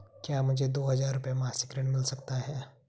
क्या मुझे दो हज़ार रुपये मासिक ऋण मिल सकता है?